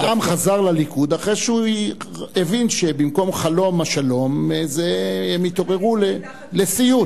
העם חזר לליכוד אחרי שהוא הבין שבמקום חלום השלום הם התעוררו לסיוט.